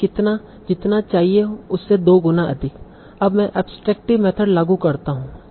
मुझे जितना चाहिए उससे दो गुना अधिक अब मैं एब्सट्रेकटिव मेथड लागू करता हूं